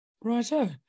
Righto